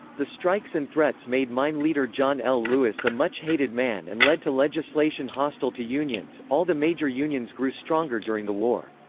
the strikes and threats made mine leader john l. lewis a much hated man and led to legislation hostile to unions all the major unions grew stronger during the war.